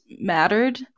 mattered